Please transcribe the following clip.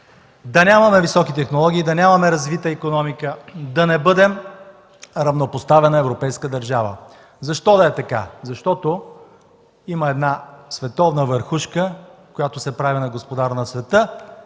Да нямаме високи технологии, да нямаме развита икономика, да не бъдем равнопоставена европейска държава. Защо да е така? Защото има една световна върхушка, която се прави на господар на света.